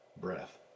breath